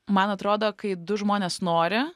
man atrodo kai du žmonės nori